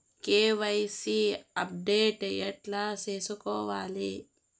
KYC update ఎట్లా సేసుకోవాలి?